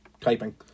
typing